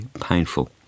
painful